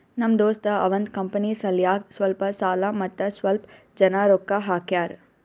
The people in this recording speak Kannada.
ನಮ್ ದೋಸ್ತ ಅವಂದ್ ಕಂಪನಿ ಸಲ್ಯಾಕ್ ಸ್ವಲ್ಪ ಸಾಲ ಮತ್ತ ಸ್ವಲ್ಪ್ ಜನ ರೊಕ್ಕಾ ಹಾಕ್ಯಾರ್